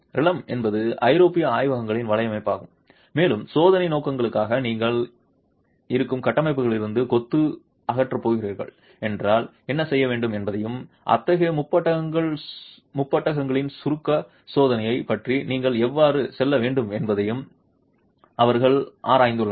ரிலெம் என்பது ஐரோப்பிய ஆய்வகங்களின் வலையமைப்பாகும் மேலும் சோதனை நோக்கங்களுக்காக நீங்கள் இருக்கும் கட்டமைப்புகளிலிருந்து கொத்து அகற்றப் போகிறீர்கள் என்றால் என்ன செய்ய வேண்டும் என்பதையும் அத்தகைய முப்பட்டகங்களின் சுருக்க சோதனை பற்றி நீங்கள் எவ்வாறு செல்ல வேண்டும் என்பதையும் அவர்கள் ஆராய்ந்துள்ளனர்